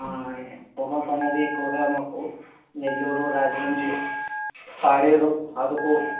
పొగాకనేది ఎక్కువుగా మాకు నెల్లూరు రాజమండ్రి పాడేరు అరకు